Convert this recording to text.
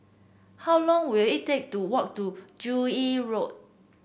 how long will it take to walk to Joo Yee Road